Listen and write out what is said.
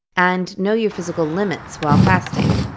and know your physical limits while fasting.